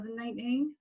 2019